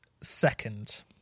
second